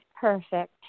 Perfect